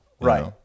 Right